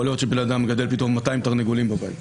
יכול להיות שבן אדם מגדל פתאום 200 תרנגולים בבית.